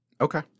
Okay